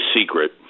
secret